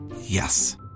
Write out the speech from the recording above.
Yes